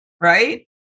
right